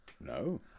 No